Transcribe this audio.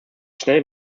schnell